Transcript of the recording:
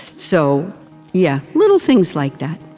so yeah, little things like that.